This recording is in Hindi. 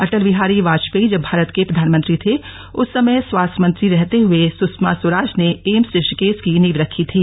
अटल बिहारी वाजपेयी जब भारत के प्रधानमंत्री थे उस समय स्वास्थ्य मंत्री रहते हुए सुषमा स्वराज ने ही एम्स ऋषिकेश की नींव रखी थी